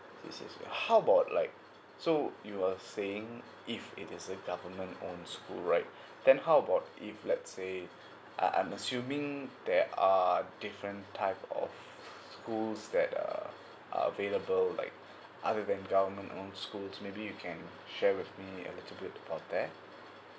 it is like how about like so you were saying if it's a government own school right then how about if let's say I I'm assuming there are different type of schools that err are available like other than government own schools maybe you can share with me a little bit about that